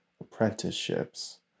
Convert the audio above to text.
apprenticeships